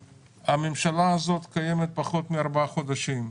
מקבצי דיור אנחנו יודעים לאן הם הולכים,